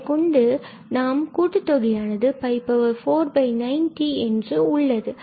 இதனை கொண்டு முதலில் நம்மிடம் கூட்டு தொகையானது 490 என்று உள்ளது